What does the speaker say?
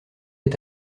est